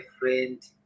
friend